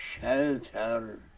shelter